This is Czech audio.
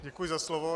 Děkuji za slovo.